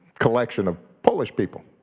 collection of polish people,